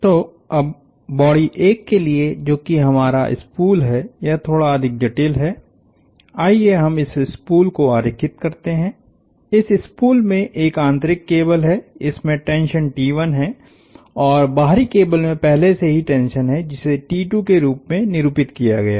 तो अब बॉडी 1 के लिए जो कि हमारा स्पूल है यह थोड़ा अधिक जटिल है आइए हम इस स्पूल को अरेखित करते हैं इस स्पूल में एक आंतरिक केबल है इसमें टेंशनहै और बाहरी केबल में पहले से ही टेंशन है जिसेके रूप में निरूपित किया गया है